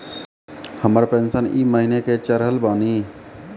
हमर पेंशन ई महीने के चढ़लऽ बानी?